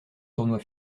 tournoi